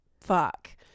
fuck